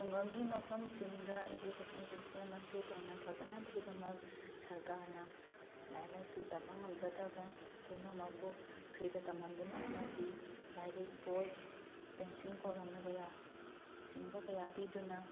ꯈꯨꯡꯒꯪꯒꯤ ꯃꯐꯝꯁꯤꯡꯗ education system ꯑꯁꯤ ꯍꯦꯟꯅ ꯐꯒꯠꯅꯕꯒꯤꯗꯃꯛ ꯁꯔꯀꯥꯔꯅ ꯂꯥꯏꯔꯤꯛ ꯂꯥꯏꯁꯨ ꯇꯝꯕ ꯉꯝꯖꯗꯕ ꯄꯨꯝꯅꯃꯛꯄꯨ ꯐ꯭ꯔꯤꯗ ꯇꯝꯍꯟꯗꯨꯅ ꯑꯃꯗꯤ ꯂꯥꯏꯔꯤꯛ ꯕꯣꯏ ꯄꯦꯟꯁꯤꯜ ꯀꯣꯂꯣꯝꯅꯆꯤꯡꯕ ꯀꯌꯥ ꯄꯤꯗꯨꯅ